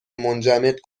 منجمد